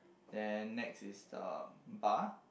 then next is the bar